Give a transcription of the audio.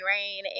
rain